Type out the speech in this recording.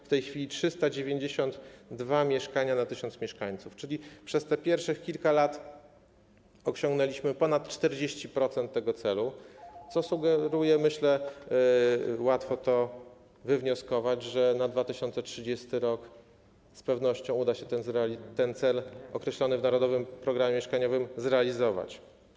W tej chwili to 392 mieszkania na 1000 mieszkańców, czyli przez tych pierwszych kilka lat osiągnęliśmy ponad 40% tego celu, co sugeruje, łatwo to wywnioskować, że w 2030 r. z pewnością uda się ten cel określony w Narodowym Programie Mieszkaniowym zrealizować.